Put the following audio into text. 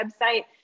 website